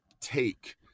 take